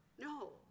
No